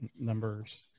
numbers